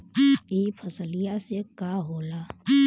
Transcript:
ई फसलिया से का होला?